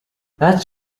that’s